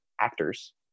actors